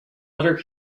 utter